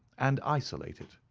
and isolate it,